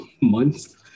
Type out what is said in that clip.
months